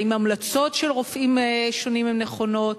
האם המלצות של רופאים שונים הן נכונות.